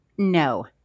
No